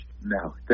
No